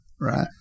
right